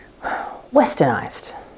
westernized